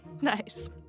Nice